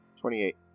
Twenty-eight